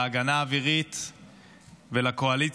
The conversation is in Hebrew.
להגנה האווירית ולקואליציה,